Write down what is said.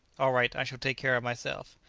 all right i shall take care of myself.